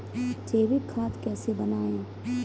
जैविक खाद कैसे बनाएँ?